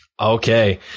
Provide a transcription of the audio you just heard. Okay